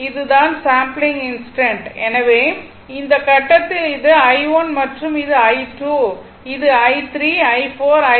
இது தான் sampling instant எனவே இந்த கட்டத்தில் இது i1 மற்றும் இது I2 இது i3 i4 i5 மற்றும் பல ஆகும்